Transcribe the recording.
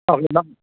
ആ